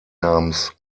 namens